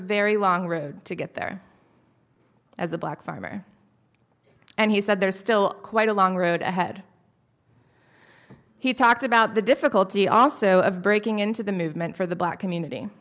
very long road to get there as a black farmer and he said there's still quite a long road ahead he talked about the difficulty also of breaking into the movement for the black community